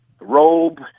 robe